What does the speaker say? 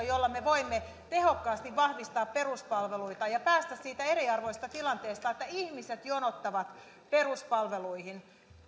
jolla me voimme tehokkaasti vahvistaa peruspalveluita ja päästä siitä eriarvoisesta tilanteesta että ihmiset jonottavat peruspalveluihin